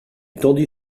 tendit